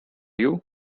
you